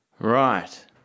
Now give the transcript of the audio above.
Right